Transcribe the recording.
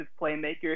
playmaker